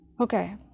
Okay